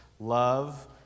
Love